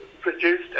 produced